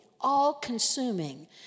all-consuming